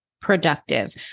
productive